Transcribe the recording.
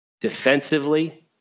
Defensively